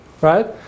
right